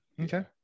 Okay